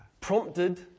Prompted